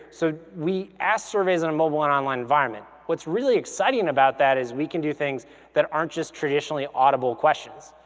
so we ask surveys in a mobile and online online environment. what's really exciting about that is we can do things that aren't just traditionally audible questions.